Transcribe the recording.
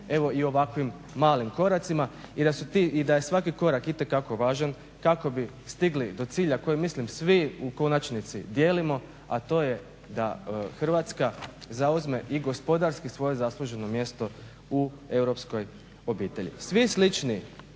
evo i ovakvim malim koracima i da je svaki korak itekako važan kako bi stigli do cilja koji mislim svi u konačnici dijelimo, a to je da Hrvatska zauzme i gospodarski svoje zasluženo mjesto u europskoj obitelji. Svi slični